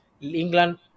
England